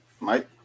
mike